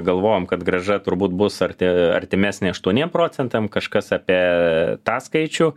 galvojom kad grąža turbūt bus arti artimesnė aštuoniem procentam kažkas apie tą skaičių